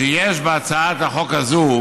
שיש בהצעת החוק הזאת